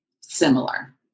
similar